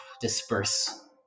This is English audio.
disperse